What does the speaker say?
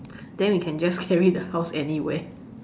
then we can just carry the house anywhere